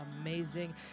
amazing